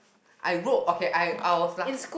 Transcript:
I wrote okay I I was laugh